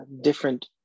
different